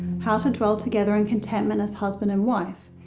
how to dwell together in contentment as husband and wife.